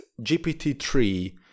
GPT-3